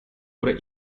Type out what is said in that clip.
oder